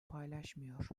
paylaşmıyor